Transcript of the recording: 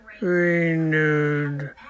renewed